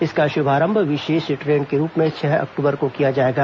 इसका शुभारंभ विशेष ट्रेन के रूप में छह अक्टूबर को किया जाएगा